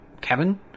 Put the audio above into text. Kevin